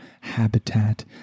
habitat